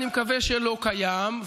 אני מקווה שלא קיים.